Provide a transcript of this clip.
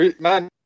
man